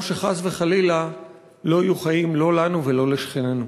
או שחס וחלילה לא יהיו חיים, לא לנו ולא לשכנינו.